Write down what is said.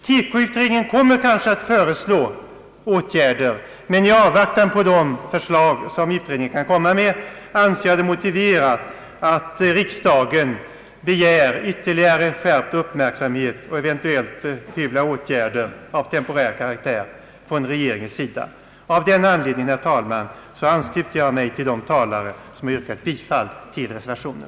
TEKO utredningen kommer kanske att föreslå åtgärder, men i avvaktan på det förslag som utredningen kan komma att lägga fram anser jag det motiverat att riksdagen begär ytterligare skärpt uppmärksamhet och eventuella åtgärder av temporär karaktär från regeringens sida. Av den anledningen, herr talman, ansluter jag mig till de talare som yrkat bifall till reservationen.